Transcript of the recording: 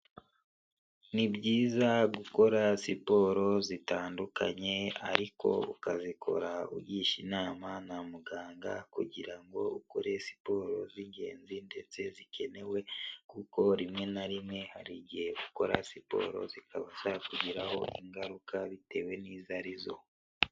Ni byiza gukora siporo zitandukanye ariko ukazikora ugisha inama na muganga kugira ngo ukore siporo z'ingenzi ndetse zikenewe, kuko rimwe na rimwe hari igihe ukora siporo zikaba zakugiraho ingaruka bitewe n'izo ari zo.